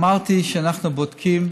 אמרתי שאנחנו בודקים